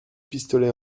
pistolet